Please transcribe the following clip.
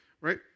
right